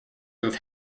roof